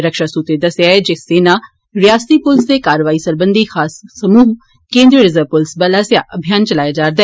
रक्षा सूत्रे दस्सेआ ऐ जे सेना रियासती पुलस दे कारवाई सरबंघी खास समूह केन्द्रीय रिर्जव पुलस बल आस्सेआ अभियान चलाया गेआ